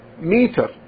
meter